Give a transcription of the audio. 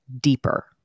deeper